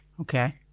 Okay